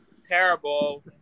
terrible